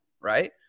Right